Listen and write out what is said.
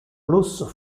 plus